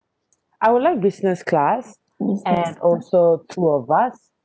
I would like business class and also two of us